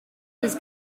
was